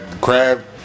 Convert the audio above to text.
crab